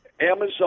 Amazon